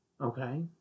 okay